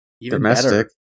Domestic